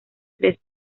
tres